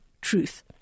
truth